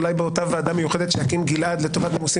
אולי באותה ועדה מיוחדת שיקים גלעד לטובת נימוסים